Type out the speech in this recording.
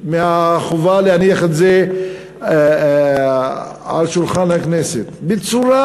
פטור מהחובה להניח את זה על שולחן הכנסת, בצורה,